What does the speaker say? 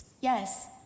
Yes